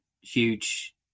huge